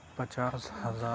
پچاس ہزار